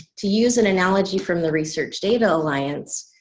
to use an analogy from the research data alliance,